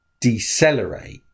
decelerate